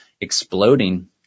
exploding